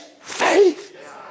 Faith